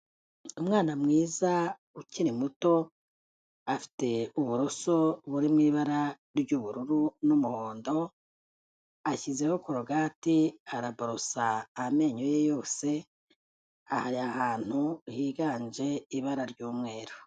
Umwana mwiza ukiri muto afite uburoso buri mu ibara ry'ubururu n'umuhondo, ashyizeho korogati araborosa amenyo ye yose, ari ahantu higanje ibara ry'umweru.